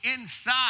inside